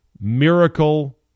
miracle